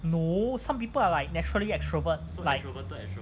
no people are like naturally extroverts like